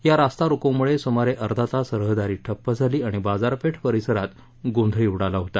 या रास्तारोकोमुळे सुमारे अर्धातास रहदारी ठप्प झाली आणि बाजारपेठ परिसरात गोंधळही उडाला होता